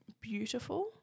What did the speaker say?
beautiful